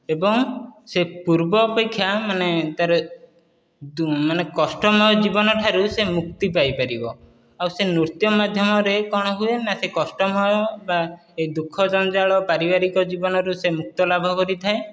ଏବଂ ସେ ପୂର୍ବ ଅପେକ୍ଷା ମାନେ ତା'ର ମାନେ କଷ୍ଟମୟ ଜୀବନଠାରୁ ମୁକ୍ତି ପାଇ ପାରିବ ଆଉ ସେ ନୃତ୍ୟ ମାଧ୍ୟମରେ କ'ଣ ହୁଏ ନା ସେ କଷ୍ଟମୟ ବା ଦୁଃଖ ଜଞ୍ଜାଳ ପାରିବାରିକ ଜୀବନରୁ ସେ ମୁକ୍ତ ଲାଭ କରିଥାଏ